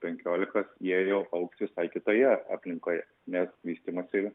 penkiolikos jie jau augs visai kitoje aplinkoje nes vystymosi